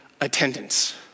attendance